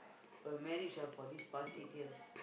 for your marriage ah for these past eight years